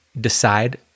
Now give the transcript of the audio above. decide